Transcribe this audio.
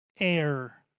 air